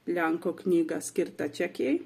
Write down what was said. lenko knygą skirtą čekei